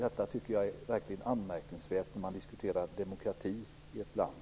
Jag tycker att detta är verkligt anmärkningsvärt, när man diskuterar demokrati i ett land.